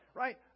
right